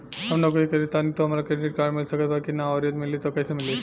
हम नौकरी करेनी त का हमरा क्रेडिट कार्ड मिल सकत बा की न और यदि मिली त कैसे मिली?